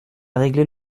régler